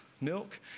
milk